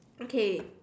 okay